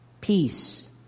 peace